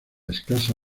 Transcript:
escasa